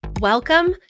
Welcome